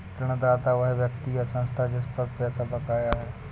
ऋणदाता वह व्यक्ति या संस्था है जिस पर पैसा बकाया है